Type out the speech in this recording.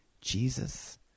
Jesus